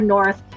North